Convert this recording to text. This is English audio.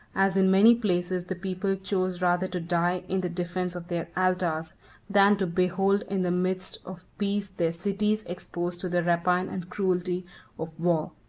as in many places the people chose rather to die in the defence of their altars, than to behold in the midst of peace their cities exposed to the rapine and cruelty of war.